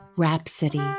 Rhapsody